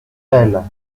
elle